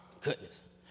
Goodness